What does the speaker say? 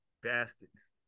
Bastards